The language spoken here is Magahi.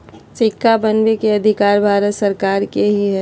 सिक्का बनबै के अधिकार भारत सरकार के ही हइ